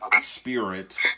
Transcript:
spirit